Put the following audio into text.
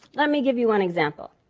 let me give you an example.